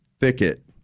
thicket